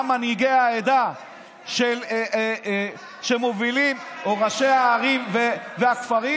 מנהיגי העדה שמובילים או ראשי הערים והכפרים.